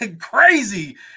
Crazy